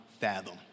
fathom